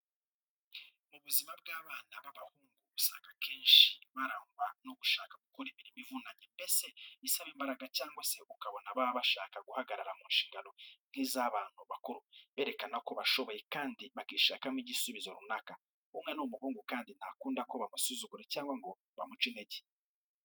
Mu buzima bw'abana b'abahungu usanga akenshi barangwa no gushaka gukora imirimo ivunanye mbese isaba imbaraga cyangwa se ukabona baba bashaka guhagarara mu nshingano nk'iz'abantu bakuru, berekana ko bashoboye kandi bakishakamo igisubizo runaka. Umwana w'umuhungu kandi ntakunda ko bamusuzugura cyangwa ngo bamuce intege.